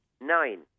Nine